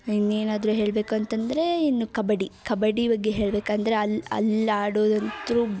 ಇನ್ನೇನಾದರೂ ಹೇಳ್ಬೇಕು ಅಂತಂದರೆ ಇನ್ನು ಕಬಡ್ಡಿ ಕಬಡ್ಡಿ ಬಗ್ಗೆ ಹೇಳಬೇಕಂದ್ರೆ ಅಲ್ಲಿ ಅಲ್ಲಿ ಆಡೋದಂತೂ ಭಾರಿ